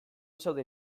zauden